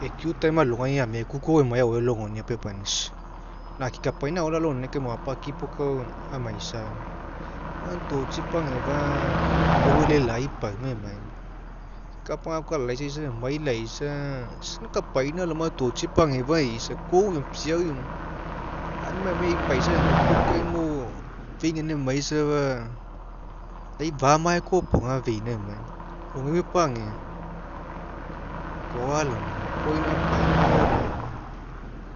akiu time alogai ameku koa ao emai auelogonia puo epainiau naki, kapaina ao laiogonia kai moapakipo kai amaisa, man totsi epagega aga kou e'elai pauma emai moia, kapa gaboa alaisaisa emai laisa aga ina kapaina laona totsi epagefa aga eisa aga kou eoma piau eonia auninai anuai ei paisa ago paukaimo fei gaina emai safa lai fanaae kopoga feina emia rogeu koa laoma okiona pauma ao laona